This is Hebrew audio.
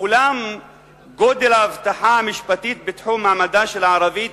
אולם גודל ההבטחה המשפטית בתחום מעמדה של הערבית